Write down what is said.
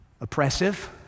oppressive